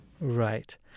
Right